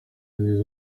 neza